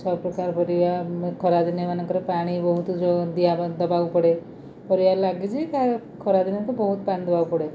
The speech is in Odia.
ସବୁ ପ୍ରକାର ପରିବା ଖରାଦିନ ମାନଙ୍କରେ ପାଣି ବହୁତ ଯେଉଁ ଦିଆ ଦେବାକୁ ପଡ଼େ ପରିବା ଲାଗିଛି ଖରାଦିନେ ତ ବହୁତ ପାଣି ଦବାକୁ ପଡ଼େ